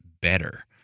better